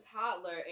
toddler